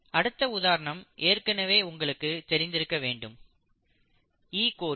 அடுத்த உதாரணம் ஏற்கனவே உங்களுக்கு தெரிந்திருக்க வேண்டும் ஈ கோலி